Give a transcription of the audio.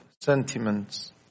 sentiments